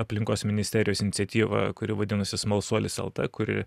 aplinkos ministerijos iniciatyvą kuri vadinasi smalsuolis lt kuri